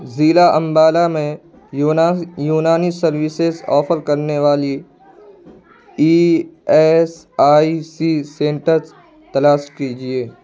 ضلع انبالہ میں Unani services offer کرنے والی E S I C centres تلاس کیجیے